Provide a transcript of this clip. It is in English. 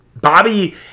Bobby